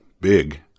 big